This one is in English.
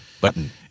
button